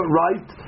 right